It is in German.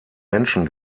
menschen